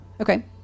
Okay